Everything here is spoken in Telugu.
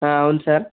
అవును సార్